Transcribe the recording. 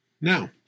now